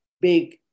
big